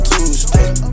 Tuesday